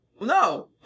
no